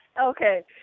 Okay